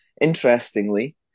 interestingly